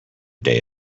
day